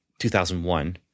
2001